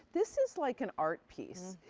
this is like an art piece,